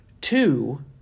Two